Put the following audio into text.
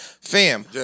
Fam